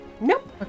Nope